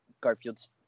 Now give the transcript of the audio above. Garfield's